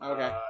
Okay